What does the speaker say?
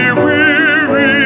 weary